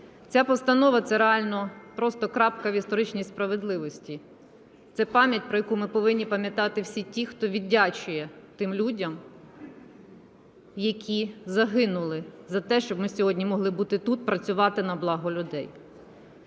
Ця постанова – це реально просто крапка в історичній справедливості, це пам'ять, про яку ми повинні пам'ятати, всі ті, хто віддячує тим людям, які загинули за те, щоб ми сьогодні могли бути тут, працювати на благо людей.